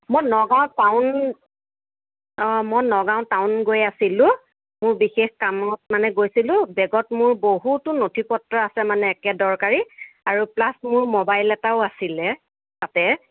মই নগাওঁ টাউন অঁ মই নগাওঁ টাউন গৈ আছিলোঁ মোৰ বিশেষ কামত মানে গৈছিলোঁ বেগত মোৰ বহুতো নথি পত্ৰ আছে মানে একে দৰকাৰী আৰু প্লাছ মোৰ মোবাইল এটাও আছিলে তাতে